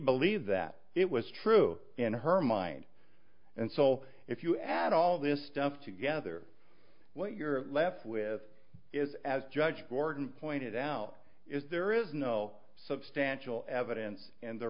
believed that it was true in her mind and so if you add all this stuff together what you're left with is as judge gordon pointed out is there is no substantial evidence and the